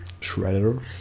Shredder